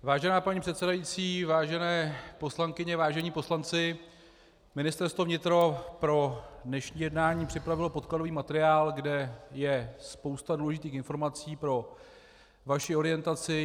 Vážená paní předsedající, vážené poslankyně, vážení poslanci, Ministerstvo vnitra pro dnešní jednání připravilo podkladový materiál, kde je spousta důležitých informací pro vaši orientaci.